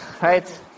right